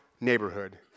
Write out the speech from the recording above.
neighborhood